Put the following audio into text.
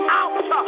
out